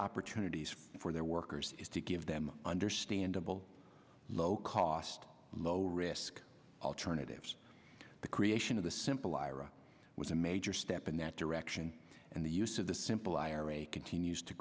opportunities for their workers is to give them understandable low cost low risk alternatives the creation of a simple ira was a major step in that direction and the use of the simple ira continues to